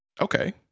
Okay